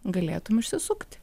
galėtum išsisukti